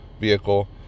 vehicle